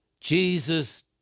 Jesus